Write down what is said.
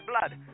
blood